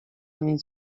nic